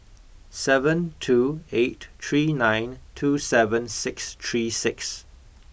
seven two eight three nine two seven six three six